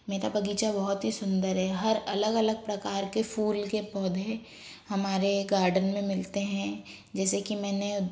मेरा बगीचा बहुत ही सुन्दर है हर अलग अलग प्रकार के फूल के पौधे हमारे गार्डन में मिलते हैं जैसे कि मैंने